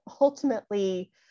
ultimately